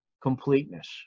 completeness